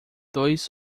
dois